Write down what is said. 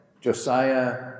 Josiah